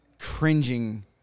cringing